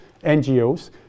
NGOs